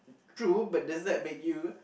true does it like make you